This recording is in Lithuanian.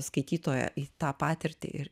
skaitytoją į tą patirtį ir